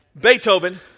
Beethoven